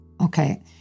Okay